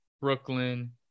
Brooklyn